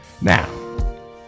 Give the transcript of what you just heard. Now